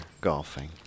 golfing